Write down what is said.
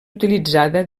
utilitzada